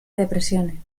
depresiones